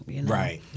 Right